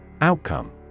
Outcome